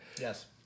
yes